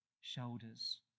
shoulders